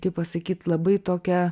taip pasakyt labai tokia